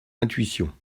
intuition